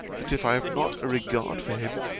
that if i have not a regard for him,